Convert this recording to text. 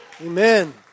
Amen